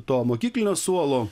to mokyklinio suolo